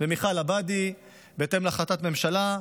ומיכל עבאדי, בהתאם להחלטת ממשלה.